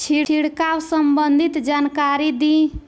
छिड़काव संबंधित जानकारी दी?